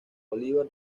bolívar